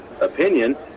opinion